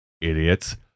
Idiots